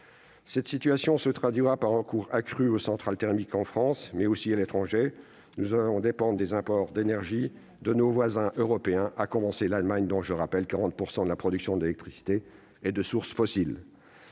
Cette situation se traduira par un recours accru aux centrales thermiques en France, mais aussi à l'étranger. Nous allons dépendre des imports d'énergie de nos voisins européens, à commencer par l'Allemagne, dont- je le rappelle -40 % de la production d'électricité est de source fossile.